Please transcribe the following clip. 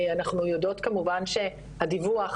אנחנו יודעות כמובן שהדיווח,